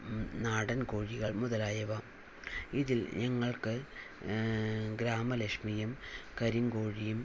നാടൻ കോഴികൾ മുതലായവ ഇതിൽ ഞങ്ങൾക്ക് ഗ്രാമലക്ഷ്മിയും കരിങ്കോഴിയും